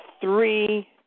three